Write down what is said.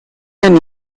anni